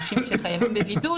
אנשים שחייבים בבידוד,